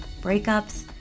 breakups